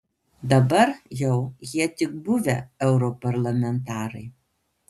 dabar jau jie tik buvę europarlamentarai